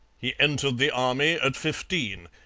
he entered the army at fifteen.